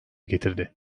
getirdi